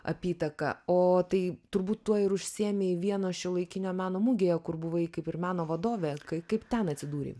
apytaka o tai turbūt tuo ir užsiėmei vieno šiuolaikinio meno mugėje kur buvai kaip ir meno vadovė kai kaip ten atsidūrei